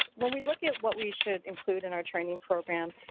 when we look at what we should include in our training program,